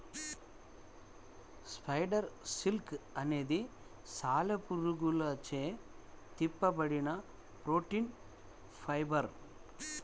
spider silk అనేది సాలెపురుగులచే తిప్పబడిన ప్రోటీన్ ఫైబర్